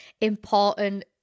important